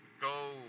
go